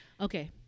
Okay